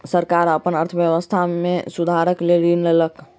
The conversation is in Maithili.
सरकार अपन अर्थव्यवस्था में सुधारक लेल ऋण लेलक